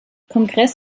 kongress